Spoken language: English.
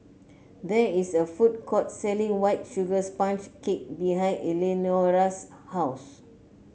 there is a food court selling White Sugar Sponge Cake behind Eleanora's house